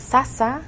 Sasa